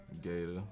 Gator